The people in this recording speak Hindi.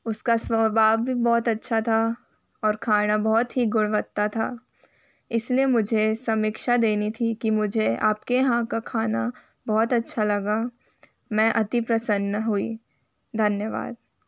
उसका स्वभाव भी बहुत अच्छा था और खाना बहुत ही गुणवता था इसलिए मुझे समीक्षा देनी थी कि मुझे आपके यहाँ का खाना बहुत अच्छा लगा मैं अति प्रसन्न हुई धन्यवाद